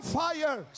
fire